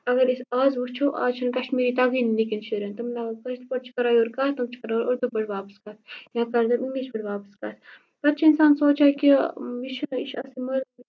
اگر أسۍ آز وٕچھو آزچھِنہٕ کشمیری تَگٲنی نِکٮ۪ن شُرٮ۪ن تِمَن چھِ کَران یورٕ کٲشِر پٲٹھۍ کَتھ تِم چھِ کران اورٕ اردوٗ پٲٹھۍ واپس کَتھ یا کَرن تِم اِنگلِش پٲٹھۍ واپس کَتھ پَتہٕ چھُ اِنسان سونٛچان کہِ یہِ چھُنہٕ یہِ چھُ اَصلٕے